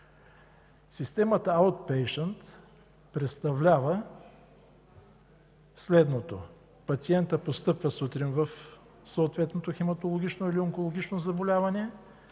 Системата „аутпейшънт” представлява следното. Пациентът постъпва сутрин в съответното хематологично или онкологично заведение,